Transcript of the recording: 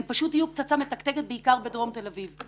הם פשוט יהיו פצצה מתקתקת בעיקר בדרום תל אביב.